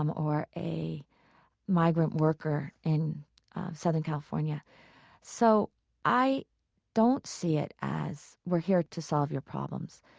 um or a migrant worker in southern california so i don't see it as we're here to solve your problems.